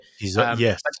Yes